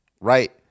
Right